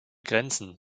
grenzen